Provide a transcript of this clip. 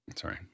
sorry